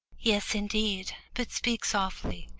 yes, indeed, but speak softly.